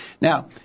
Now